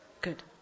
Good